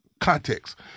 context